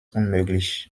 unmöglich